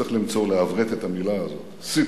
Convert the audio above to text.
צריך לעברת את המלה הזאת, סיטי.